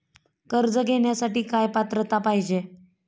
कर्ज घेण्यासाठी काय पात्रता पाहिजे?